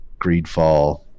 Greedfall